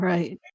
Right